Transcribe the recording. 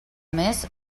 més